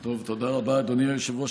היושב-ראש.